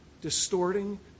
distorting